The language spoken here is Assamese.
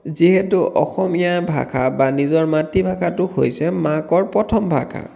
যিহেতু অসমীয়া ভাষা বা নিজৰ মাতৃভাষাটো হৈছে মাকৰ প্ৰথম ভাষা